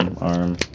arm